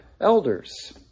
elders